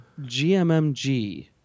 GMMG